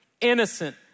innocent